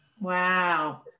Wow